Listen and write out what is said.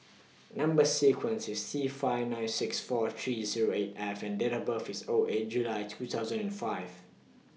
Number sequence IS T five nine six four three Zero eight F and Date of birth IS O eight July two thousand and five